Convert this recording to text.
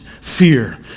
fear